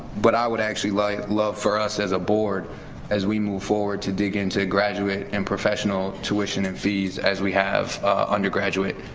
but, i would actually like love for us as a board as we move forward to dig into graduate and professional tuition and fees as we have undergraduate